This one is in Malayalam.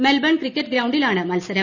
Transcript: മെൽബൺ ക്രിക്കറ്റ് ഗ്രൌണ്ടിലാണ് മത്സരം